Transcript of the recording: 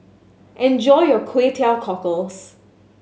enjoy your Kway Teow Cockles